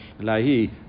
lahi